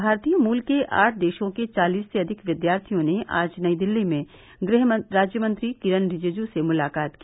भारतीय मूल के आठ देशों के चालीस से अधिक विद्यार्थियों ने आज नई दिल्ली में गृहराज्यमंत्री किरन रिजिजू से मुलाकात की